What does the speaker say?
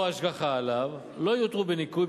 או השגחה עליו, לא יותרו בניכוי.